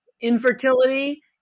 Infertility